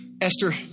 Esther